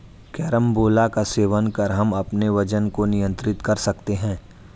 carambola का सेवन कर हम अपने वजन को नियंत्रित कर सकते हैं